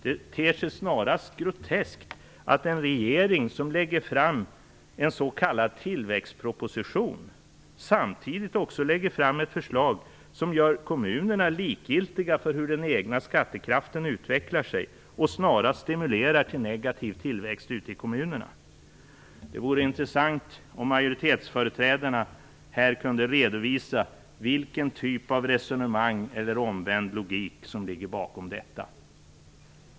Det ter sig snarast groteskt att en regering som lägger fram en s.k. tillväxtproposition samtidigt också lägger fram ett förslag som gör kommunerna likgiltiga för hur den egna skattekraften utvecklas och snarast stimulerar till negativ tillväxt ute i kommunerna. Det vore intressant om majoritetsföreträdarna kunde redovisa vilken typ av resonemang eller omvänd logik som ligger bakom detta.